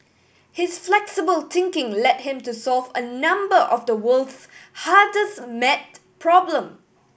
his flexible thinking led him to solve a number of the world's hardest maths problem